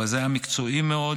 אבל זה היה מקצועי מאוד,